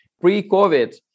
pre-COVID